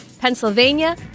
Pennsylvania